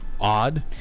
odd